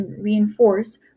reinforce